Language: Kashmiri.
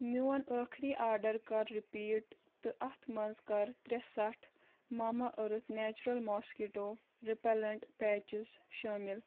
میون ٲخری آرڈر کر رِپیٖٹ تہٕ اتھ منٛز کر ترٛےٚ سٹھ Mamaearth natural mosquito repellent patches شٲمِل